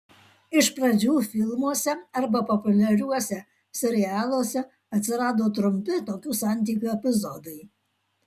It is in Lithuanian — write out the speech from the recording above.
iš pradžių filmuose arba populiariuose serialuose atsirado trumpi tokių santykių epizodai